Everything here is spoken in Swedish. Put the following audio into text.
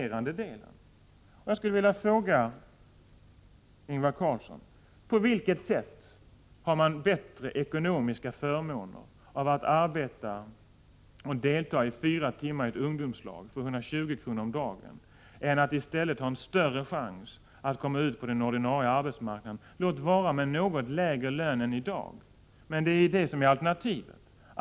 85 stimulera unga människor till initiativtagande och nytänkande Jag skulle vilja fråga Ingvar Carlsson: På vilket sätt har man bättre ekonomiska förmåner av att arbeta fyra timmar i ett ungdomslag för 120 kr. om dagen i jämförelse med att få en större chans att komma ut på den ordinarie arbetsmarknaden, låt vara med något lägre lön än i dag? Alternativet är ju den ordinarie arbetsmarknaden.